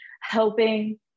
helping